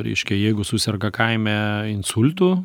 reiškia jeigu suserga kaime insultu